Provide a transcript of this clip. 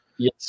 Yes